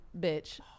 bitch